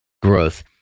growth